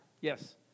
Yes